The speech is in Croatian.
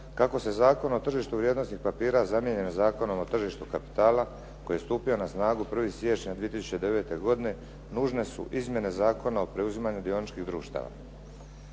kako se Zakon o tržištu vrijednosnih papira zamijenjen Zakonom o tržištu kapitala koji je stupio na snagu 1. siječnja 2009. godine, nužne su izmjene Zakona o preuzimanju dioničkih društava.